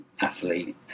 athlete